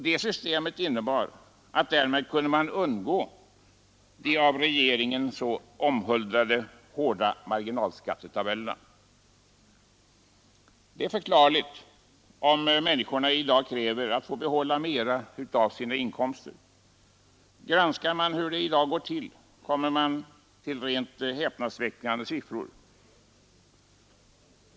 Det systemet innebar att man kunde undgå de av regeringen så omhuldade hårda marginalskattetabellerna. Det är förklarligt om människorna i dag kräver att få behålla mera av sina inkomster. Granskar man hur det i dag går till, kommer man till rent häpnadsväckande siffror.